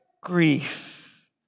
grief